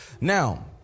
Now